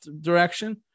direction